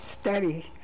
study